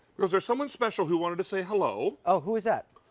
is there someone special who wants to say hello. ah who is that.